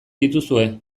dituzue